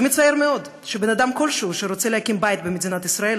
זה מצער מאוד שבן אדם כלשהו שרוצה להקים בית במדינת ישראל